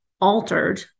altered